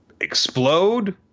explode